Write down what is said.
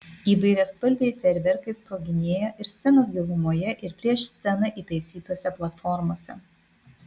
įvairiaspalviai fejerverkai sproginėjo ir scenos gilumoje ir prieš sceną įtaisytose platformose